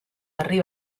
herri